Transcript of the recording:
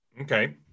Okay